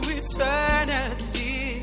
eternity